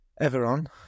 Everon